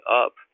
up